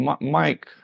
Mike